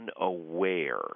unaware